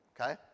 okay